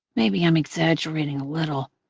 maybe i'm exaggerating a little.